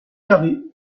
carré